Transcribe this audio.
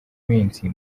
iminsi